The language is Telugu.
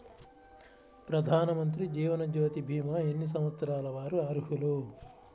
ప్రధానమంత్రి జీవనజ్యోతి భీమా ఎన్ని సంవత్సరాల వారు అర్హులు?